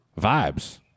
vibes